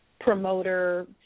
promoter